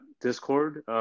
discord